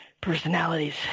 personalities